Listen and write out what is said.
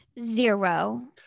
Zero